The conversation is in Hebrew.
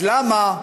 אז למה,